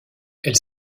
elle